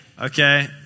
Okay